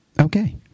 Okay